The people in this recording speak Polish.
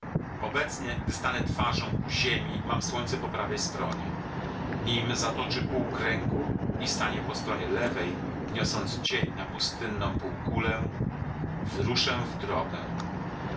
obecnie gdy stanę twarzą ku ziemi mam słońce po prawej ręce nim zatoczy pół kręgu i stanie po stronie lewej niosąc dzień na pustynną półkulę wyruszę w drogę